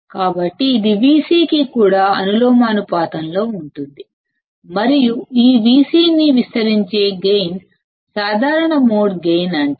కాబట్టి ఇది Vc కి కూడా ప్రపోర్షనల్ గా ఉంటుంది మరియు ఈ Vc ని యాంప్లిఫయ్ చేసే గైన్ ని కామన్ మోడ్ గైన్ అంటారు